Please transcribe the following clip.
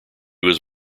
was